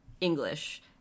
English